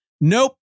Nope